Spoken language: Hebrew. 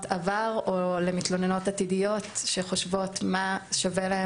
עבר או למתלוננות עתידיות שחושבות מה שווה להן